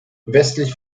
westlich